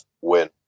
win